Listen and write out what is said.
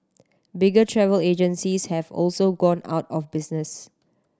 bigger travel agencies have also gone out of business